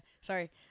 Sorry